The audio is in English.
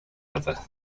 other